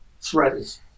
threats